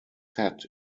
set